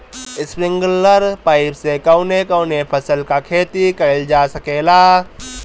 Sprinkler pipe से कवने कवने फसल क खेती कइल जा सकेला?